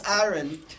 Aaron